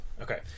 okay